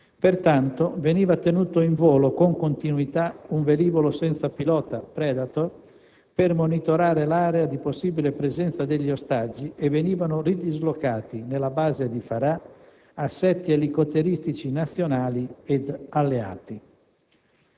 Pertanto, veniva tenuto in volo con continuità un velivolo senza pilota *Predator* per monitorare l'area di possibile presenza degli ostaggi e venivano ridislocati nella base di Farah assetti elicotteristici nazionali ed alleati.